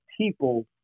people